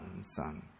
son